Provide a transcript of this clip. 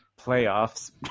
playoffs